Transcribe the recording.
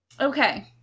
Okay